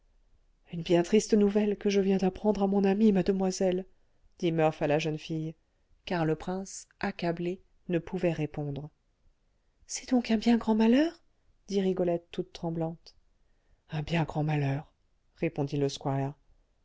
une bien triste nouvelle que je viens d'apprendre à mon ami mademoiselle dit murph à la jeune fille car le prince accablé ne pouvait répondre c'est donc un bien grand malheur dit rigolette toute tremblante un bien grand malheur répondit le squire